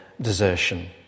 desertion